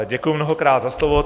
Děkuju mnohokrát za slovo.